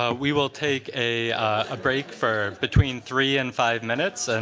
ah we will take a ah break for between three and five minutes, and